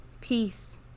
peace